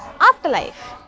afterlife